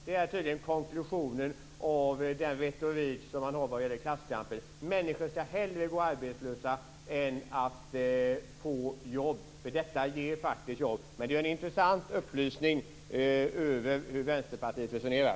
Det är tydligen konklusionen av den retorik som man har vad gäller klasskampen. Människor skall hellre gå arbetslösa än få jobb, för detta ger faktiskt jobb. Det är en intressant upplysning om hur Vänsterpartiet resonerar.